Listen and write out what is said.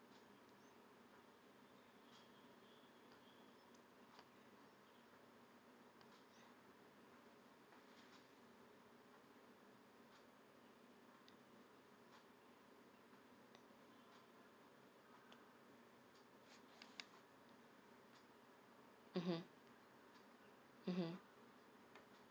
mmhmm mmhmm